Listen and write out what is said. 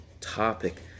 topic